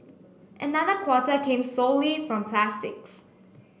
another quarter came solely from plastics